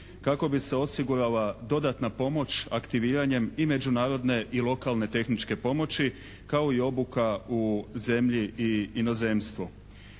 kako bi se osigurala dodatna pomoć aktiviranjem i međunarodne i lokalne tehničke pomoći kao i obuka u zemlji i inozemstvu.